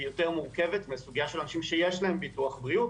והיא יותר מורכבת מהסוגיה של אנשים שיש להם ביטוח בריאות,